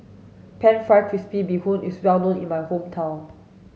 pan fried crispy bee Hoon is well known in my hometown